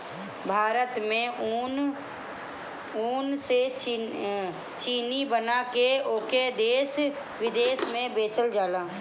भारत में ऊख से चीनी बना के ओके देस बिदेस में बेचल जाला